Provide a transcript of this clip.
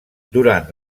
durant